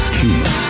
human